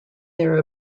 their